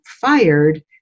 fired